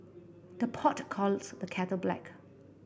the pot calls the kettle black